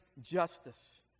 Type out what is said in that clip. justice